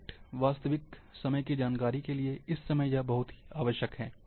निकट वास्तविक समय की जानकारी के लिए इस समय यह बहुत आवश्यक है